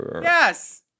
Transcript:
Yes